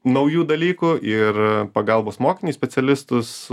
naujų dalykų ir pagalbos mokiniui specialistus